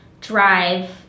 drive